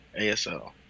ASL